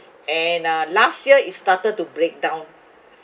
and uh last year it started to break down